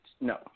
No